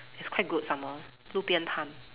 it's quite good some more 路边摊